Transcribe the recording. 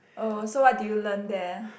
oh so what did you learn there